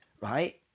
right